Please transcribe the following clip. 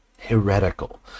heretical